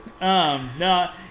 No